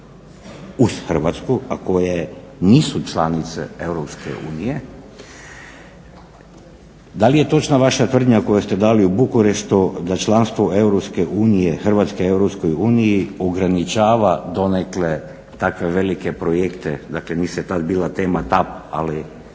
uz Hrvatsku, a koje nisu članice EU da li je točna vaša tvrdnja koju ste dali u Bukureštu da članstvo EU, Hrvatske u EU ograničava donekle takve velike projekte. Dakle, nije tad bila tema TAB, ali